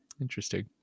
Interesting